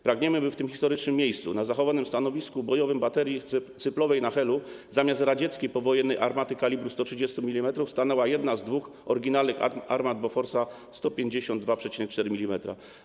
Pragniemy, by w tym historycznym miejscu, na zachowanym stanowisku bojowym baterii cyplowej na Helu, zamiast radzieckiej powojennej armaty kalibru 130 mm stanęła jedna z dwóch oryginalnych armat Boforsa, kaliber 152,4 mm.